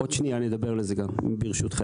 עוד שנייה אני אדבר גם על זה, ברשותכם.